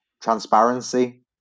transparency